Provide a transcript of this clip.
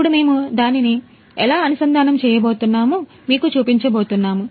ఇప్పుడు మేము దానిని ఎలా అనుసంధానము చేయబోతున్నామో మీకు చూపించబోతున్నాము